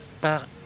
par